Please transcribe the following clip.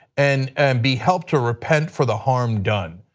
and and be held to repent for the harm done.